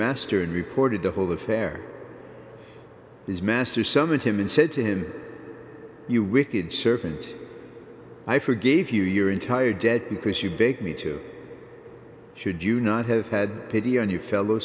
master and reported the whole affair his master summoned him and said to him you wicked servant i forgave you your entire debt because you beg me too should you not have had pity on your fellow